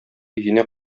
өенә